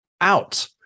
out